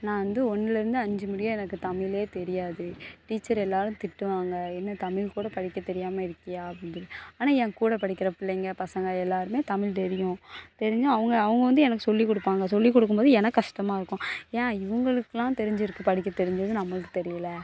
நான் வந்து ஒன்னுலேருந்து அஞ்சு முடிய எனக்கு தமிழே தெரியாது டீச்சர் எல்லோரும் திட்டுவாங்க என்ன தமிழ் கூட படிக்க தெரியாமல் இருக்கிறாயா அப்படின்னு சொல்லி ஆனால் என் கூட படிக்கிற பிள்ளைங்க பசங்க எல்லோருமே தமிழ் தெரியும் தெரிஞ்சு அவங்க அவங்க வந்து எனக்கு சொல்லி கொடுப்பாங்க சொல்லி கொடுக்கும்போது எனக்கு கஸ்டமாக இருக்கும் ஏன் இவங்களுக்கெலாம் தெரிஞ்சிருக்குது படிக்க தெரிஞ்சது நம்மளுக்கு தெரியலை